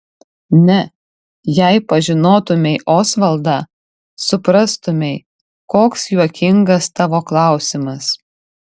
ne jei pažinotumei osvaldą suprastumei koks juokingas tavo klausimas